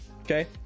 Okay